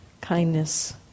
kindness